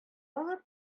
алып